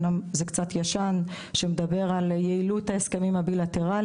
אמנם הוא קצת ישן אבל הוא מדבר על היעילות של הסכמים בילטרליים.